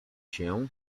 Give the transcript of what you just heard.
się